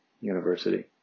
University